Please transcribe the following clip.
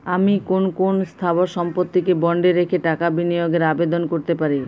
আমি কোন কোন স্থাবর সম্পত্তিকে বন্ডে রেখে টাকা বিনিয়োগের আবেদন করতে পারি?